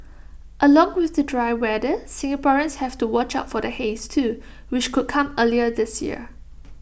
along with the dry weather Singaporeans have to watch out for the haze too which could come earlier this year